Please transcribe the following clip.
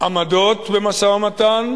עמדות במשא-ומתן,